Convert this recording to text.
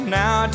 now